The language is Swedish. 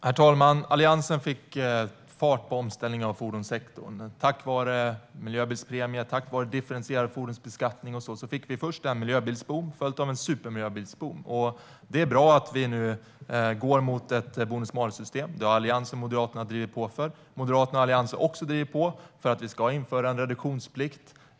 Herr talman! Alliansen fick fart på omställningen av fordonssektorn. Tack vare miljöbilspremie och differentierad fordonsbeskattning fick vi först en miljöbilsboom följt av en supermiljöbilsboom. Det är bra att vi går mot ett bonus-malus-system. Det har Moderaterna och Alliansen drivit på för. Moderaterna och Alliansen har också drivit på för att vi ska införa en reduktionsplikt.